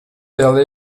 ela